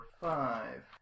five